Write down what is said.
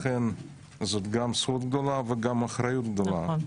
לכן, זאת גם זכות גדולה וגם אחריות גדולה.